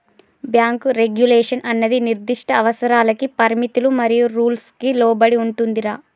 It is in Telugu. బ్యాంకు రెగ్యులేషన్ అన్నది నిర్దిష్ట అవసరాలకి పరిమితులు మరియు రూల్స్ కి లోబడి ఉంటుందిరా